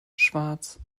schwarz